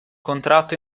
contratto